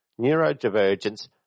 neurodivergence